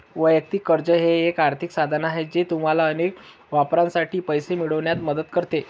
वैयक्तिक कर्ज हे एक आर्थिक साधन आहे जे तुम्हाला अनेक वापरांसाठी पैसे मिळवण्यात मदत करते